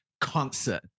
concert